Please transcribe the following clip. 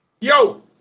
yo